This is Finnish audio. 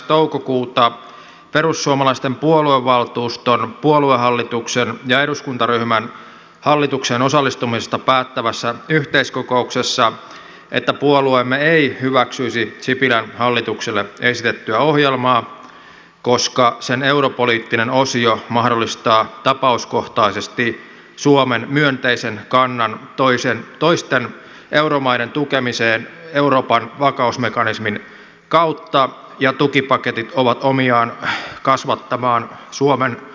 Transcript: toukokuuta perussuomalaisten puoluevaltuuston puoluehallituksen ja eduskuntaryhmän hallitukseen osallistumisesta päättävässä yhteiskokouksessa että puolueemme ei hyväksyisi sipilän hallitukselle esitettyä ohjelmaa koska sen europoliittinen osio mahdollistaa tapauskohtaisesti suomen myönteisen kannan toisten euromaiden tukemiseen euroopan vakausmekanismin kautta ja tukipaketit ovat omiaan kasvattamaan suomen taloudellisia riskejä